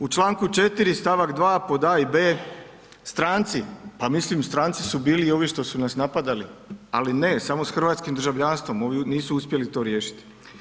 U čl. 4 st. 2 pod a i b. Stranci, pa mislim stranci su bili i ovi što su nas napadali, ali ne, samo s hrvatskim državljanstvom, ovi nisu uspjeli to riješiti.